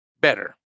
better